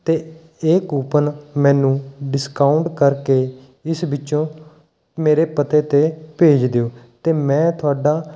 ਅਤੇ ਇਹ ਕੁਪਨ ਮੈਨੂੰ ਡਿਸਕਾਊਂਟ ਕਰਕੇ ਇਸ ਵਿੱਚੋਂ ਮੇਰੇ ਪਤੇੇ 'ਤੇ ਭੇਜ ਦਿਓ ਅਤੇ ਮੈਂ ਤੁਹਾਡਾ